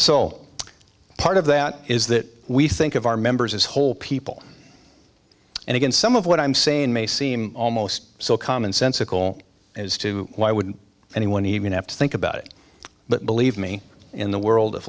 so part of that is that we think of our members as whole people and again some of what i'm saying may seem almost so commonsensical as to why would anyone even have to think about it but believe me in the world of